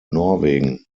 norwegen